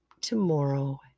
tomorrow